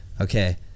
okay